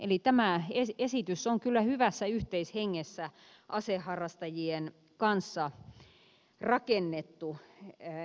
eli tämä esitys on kyllä hyvässä yhteishengessä aseharrastajien kanssa rakennettu